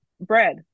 bread